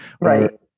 Right